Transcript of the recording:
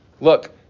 look